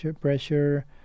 pressure